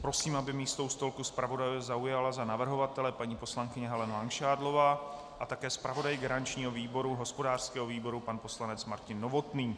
Prosím, aby místo u stolku zpravodajů zaujala za navrhovatele paní poslankyně Helena Langšádlová a také zpravodaj garančního výboru, hospodářského výboru pan poslanec Martin Novotný.